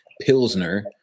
Pilsner